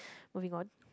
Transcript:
moving on